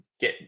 get